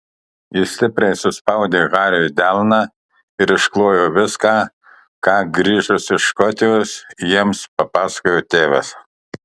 ji stipriai suspaudė hariui delną ir išklojo viską ką grįžus iš škotijos jiems papasakojo tėvas